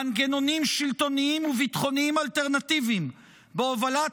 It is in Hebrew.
מנגנונים שלטוניים וביטחוניים אלטרנטיביים בהובלת